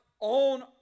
own